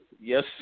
Yes